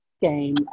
game